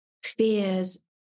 fears